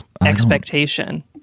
expectation